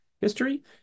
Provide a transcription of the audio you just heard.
history